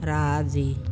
राज़ी